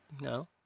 no